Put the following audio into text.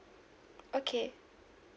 okay